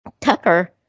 Tucker